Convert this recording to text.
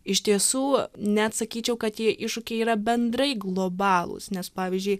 iš tiesų net sakyčiau kad tie iššūkiai yra bendrai globalūs nes pavyzdžiui